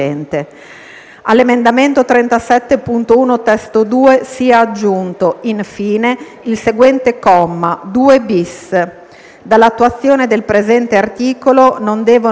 all'emendamento 37.1 (testo 2), sia aggiunto, infine, il seguente comma: "2-*bis.* Dall'attuazione del presente articolo non devono derivare